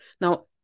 Now